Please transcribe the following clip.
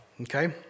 okay